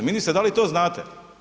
Ministre da li to znate?